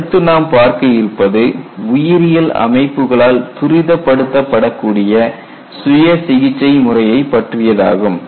அடுத்து நாம் பார்க்க இருப்பது உயிரியல் அமைப்புகளால் துரிதப்படுத்தப் படக்கூடிய சுய சிகிச்சை முறையை பற்றியதாகும்